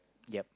yup